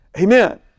Amen